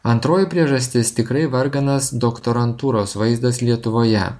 antroji priežastis tikrai varganas doktorantūros vaizdas lietuvoje